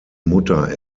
mutter